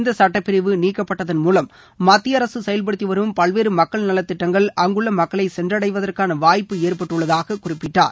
இந்த சுட்டப்பிரிவு நீக்கப்பட்டதன்மூலம் மத்திய அரசு செயல்படுத்தி வரும் பல்வேறு மக்கள் நலத்திட்டங்கள் அங்குள்ள மக்களை சென்றடைவதற்கான வாய்ப்பு ஏற்பட்டுள்ளதாக குறிப்பிட்டார்